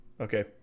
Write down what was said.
Okay